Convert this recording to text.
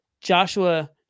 Joshua